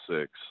six